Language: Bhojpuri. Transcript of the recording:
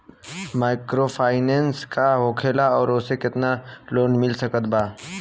माइक्रोफाइनन्स का होखेला और ओसे केतना लोन मिल सकत बा?